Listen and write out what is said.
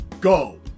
Go